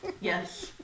yes